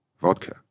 vodka